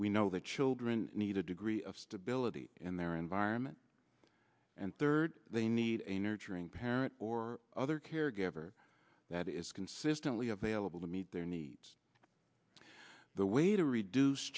we know that children need a degree of stability in their environment and third they need a nurturing parent or other caregiver that is consistently available to meet their needs the way to reduce